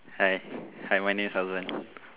hi hi my name is hazwan